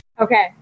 Okay